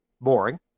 boring